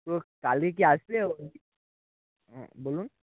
তো কালকে কি আসবে বলুন